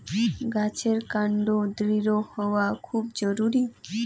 গাছের কান্ড দৃঢ় হওয়া খুব জরুরি